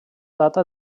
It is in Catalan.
data